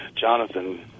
Jonathan